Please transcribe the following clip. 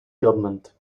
government